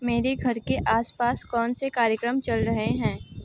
मेरे घर के आस पास कौन से कार्यक्रम चल रहे हैं